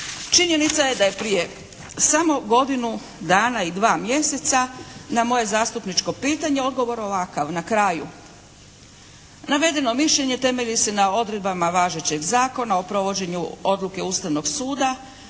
Činjenica je da je prije samo godinu dana i dva mjeseca na moje zastupničko pitanje odgovor ovakav na kraju: «Navedeno mišljenje temelji se na odredbama važećeg Zakona o provođenju odluke Ustavnog suda,